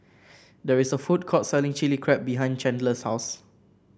there is a food court selling Chilli Crab behind Chandler's house